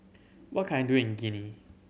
what can I do in Guinea